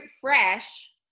fresh